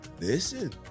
listen